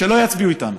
שלא יצביעו איתנו.